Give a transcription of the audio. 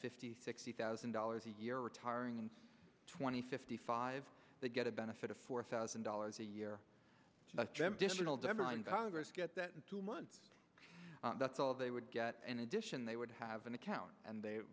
fifty sixty thousand dollars a year retiring and twenty fifty five they get a benefit of four thousand dollars a year reverend get that in two months that's all they would get in addition they would have an account and they